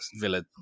Villa